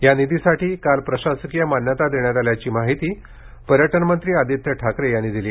या निधीसाठी काल प्रशासकीय मान्यता देण्यात आल्याची माहिती पर्यटन मंत्री आदित्य ठाकरे यांनी दिली